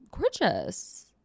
Gorgeous